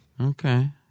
Okay